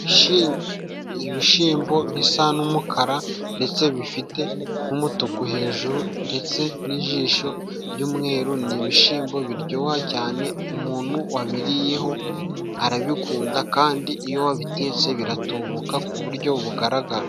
Ibishimbo bisa n'umukara ndetse bifite n'umutuku hejuru ndetse n'ijisho ry'umweru, ni ibishyimbo biryoha cyane, umuntu wabiriyeho arabikunda kandi iyo wabitetse biratubuka ku buryo bugaragara.